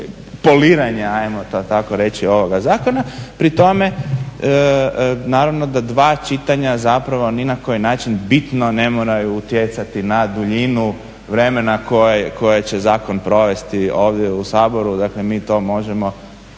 reći ovoga zakona. Pri tome naravno da dva čitanja zapravo ni na koji način bitno ne moraju utjecati na duljinu vremena koje će zakon provesti ovdje u Saboru, dakle mi to možemo